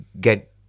get